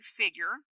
figure